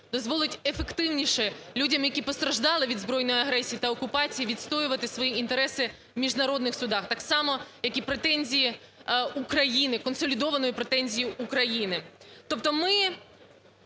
дозволить ефективніше людям, які постраждали від збройної агресії та окупації, відстоювати свої інтереси в міжнародних судах. Так само, як і претензії України, консолідованої претензії України. Тобто ми